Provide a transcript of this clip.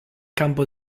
campo